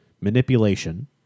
manipulation